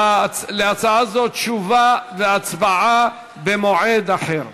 להצעה זו תשובה והצבעה במועד אחר.